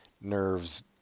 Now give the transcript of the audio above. nerves